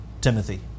Timothy